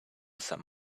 some